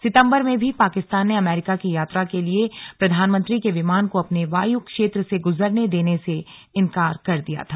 सितंबर में भी पाकिस्तान ने अमेरिका की यात्रा के लिए प्रधानमंत्री के विमान को अपने वायु क्षेत्र से गुजरने देने से इनकार कर दिया था